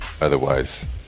Otherwise